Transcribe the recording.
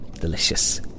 Delicious